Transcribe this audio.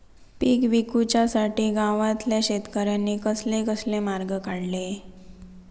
पीक विकुच्यासाठी गावातल्या शेतकऱ्यांनी कसले कसले मार्ग काढले?